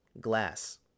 Glass